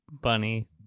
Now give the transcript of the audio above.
bunny